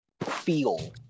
feel